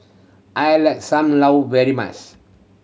I like Sam Lau very much